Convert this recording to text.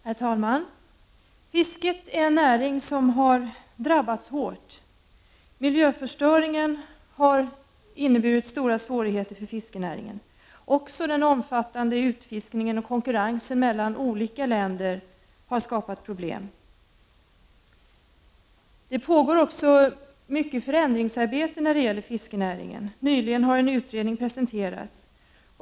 Herr talman! Fisket är en näring som har drabbats hårt. Miljöförstöringen har inneburit stora svårigheter för fiskenäringen. Också den omfattande utfiskningen och konkurrensen mellan olika länder har skapat problem. Mycket förändringsarbete pågår när det gäller fiskenäringen. En utredning har nyligen presenterats.